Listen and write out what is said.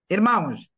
Irmãos